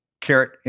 carrot